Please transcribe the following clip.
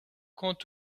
quant